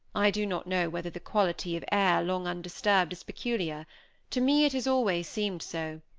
i do not know whether the quality of air, long undisturbed, is peculiar to me it has always seemed so,